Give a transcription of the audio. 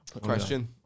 question